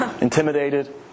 Intimidated